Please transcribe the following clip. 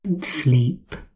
Sleep